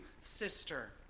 sister